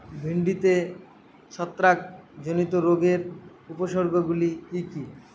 ভিন্ডিতে ছত্রাক জনিত রোগের উপসর্গ গুলি কি কী?